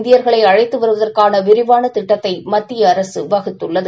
இந்தியர்களைஅழழத்துவருவதற்கானவிரிவானதிட்டத்தைமத்தியஅரசுவகுத்துள்ளது